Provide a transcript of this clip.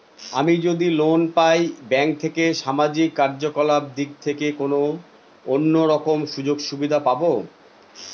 আমি যদি লোন পাই ব্যাংক থেকে সামাজিক কার্যকলাপ দিক থেকে কোনো অন্য রকম সুযোগ সুবিধা পাবো?